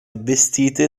vestite